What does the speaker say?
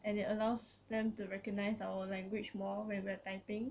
and it allows them to recognise our language more when we're typing